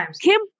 Kim